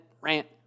rant